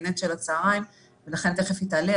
הקבינט של הצוהריים ולכן תכף היא תעלה.